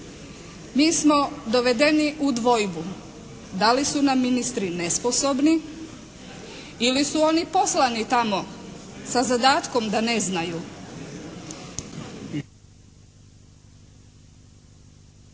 Mi smo dovedeni u dvojbu. Da li su nam ministri nesposobni ili su oni poslani tamo sa zadatkom da neznaju.